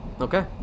Okay